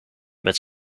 met